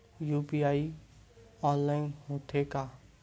UPI online होथे का?